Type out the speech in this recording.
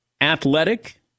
athletic